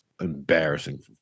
Embarrassing